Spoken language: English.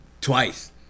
twice